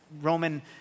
Roman